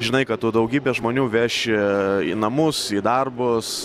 žinai kad tu daugybė žmonių veši į namus į darbus